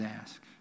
ask